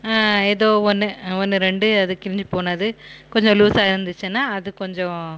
ஏதோ ஒன்று ஒன்று ரெண்டு அது கிழிஞ்சு போனது கொஞ்சம் லூசாக இருந்துச்சுன்னால் அது கொஞ்சம்